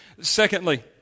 Secondly